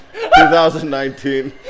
2019